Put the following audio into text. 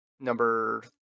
Number